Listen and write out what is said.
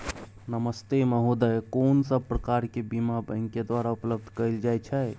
नमस्ते महोदय, कोन सब प्रकार के बीमा बैंक के द्वारा उपलब्ध कैल जाए छै?